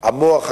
המוח הגדול.